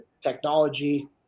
technology